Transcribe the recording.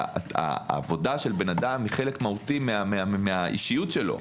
העבודה של אדם היא חלק מהותי מהאישיות שלו,